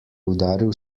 udaril